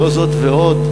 לא זאת, ועוד,